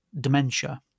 dementia